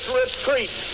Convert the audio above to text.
retreat